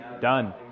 Done